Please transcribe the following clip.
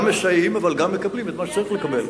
מסייעים אבל גם מקבלים את מה שצריך לקבל.